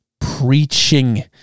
preaching